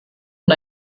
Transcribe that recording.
und